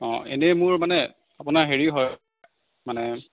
অ এনেই মোৰ মানে আপোনাৰ হেৰি হয় মানে